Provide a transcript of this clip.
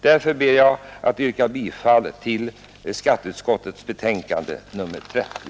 Därför yrkar jag bifall till skatteutskottets förslag i dess betänkande nr 30.